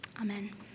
Amen